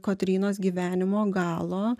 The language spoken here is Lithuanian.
kotrynos gyvenimo galo